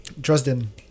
Dresden